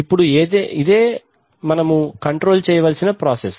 ఇప్పుడు ఏదే మనము కంట్రోల్ చేయవలసిన ప్రాసెస్